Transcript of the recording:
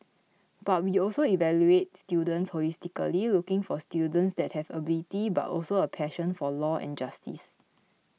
but we also evaluate students holistically looking for students that have ability but also a passion for law and justice